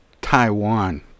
Taiwan